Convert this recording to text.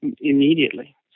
immediately